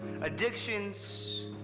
addictions